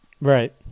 Right